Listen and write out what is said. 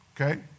okay